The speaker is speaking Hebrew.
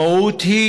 המהות היא